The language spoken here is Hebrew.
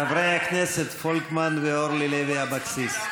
חברי הכנסת פולקמן ואורלי לוי אבקסיס,